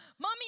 Mommy